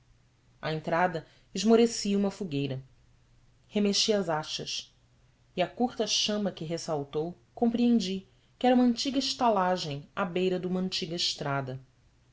à entrada esmorecia uma fogueira remexi as achas e à curta chama que ressaltou compreendi que era uma antiga estalagem à beira de uma antiga estrada